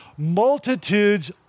Multitudes